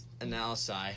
analysis